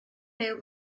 byw